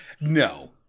No